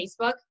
Facebook